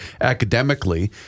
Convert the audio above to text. academically